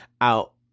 out